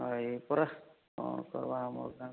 ହଏ ପରା କ'ଣ କରବା ଆମ ଗାଁ